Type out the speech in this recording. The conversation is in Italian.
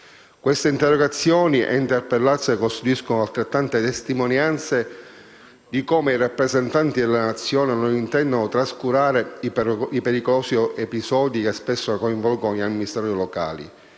Queste interrogazioni e interpellanze costituiscono altrettante testimonianze di come i rappresentanti della Nazione non intendano trascurare i pericolosi episodi che spesso coinvolgono gli amministratori locali,